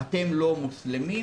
אתם לא מוסלמים,